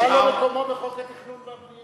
זה דבר שמקומו לא בחוק התכנון והבנייה.